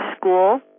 school